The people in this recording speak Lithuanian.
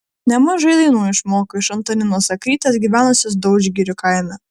nemažai dainų išmoko iš antaninos zakrytės gyvenusios daudžgirių kaime